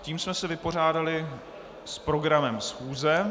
Tím jsme se vypořádali s programem schůze.